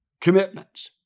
commitments